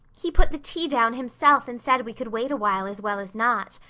he put the tea down himself and said we could wait awhile as well as not.